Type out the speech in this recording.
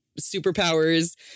Superpowers